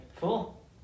Cool